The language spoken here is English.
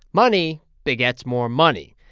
money begets more money.